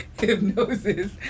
hypnosis